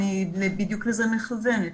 בדיוק לזה אני מכוונת.